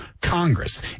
Congress